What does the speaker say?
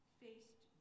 faced